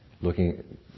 looking